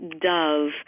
Dove